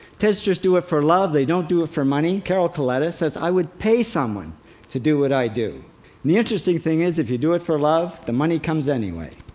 tedsters do it for love they don't do it for money. carol coletta says, i would pay someone to do what i do. and the interesting thing is if you do it for love, the money comes anyway.